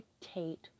dictate